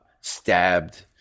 stabbed